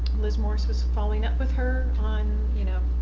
liz morris was following up with her on, you know,